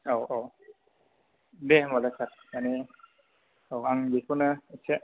औ औ दे होमबालाय सार माने औ आं बेखौनो एसे